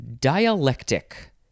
dialectic